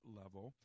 level